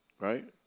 right